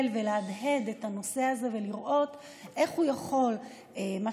ולהדהד את הנושא הזה ולראות איך הם יכולים בד' אמותיהם,